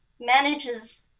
manages